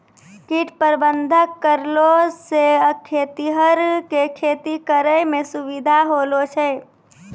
कीट प्रबंधक करलो से खेतीहर के खेती करै मे सुविधा होलो छै